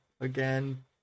again